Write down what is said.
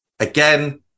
Again